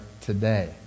today